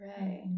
Right